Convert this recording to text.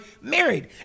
married